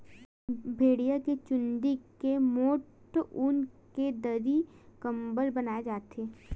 भेड़िया के चूंदी के मोठ ऊन के दरी, कंबल बनाए जाथे